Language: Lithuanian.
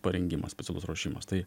parengimas specialus ruošimas tai